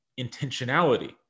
intentionality